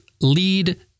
lead